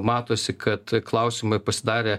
matosi kad klausimai pasidarė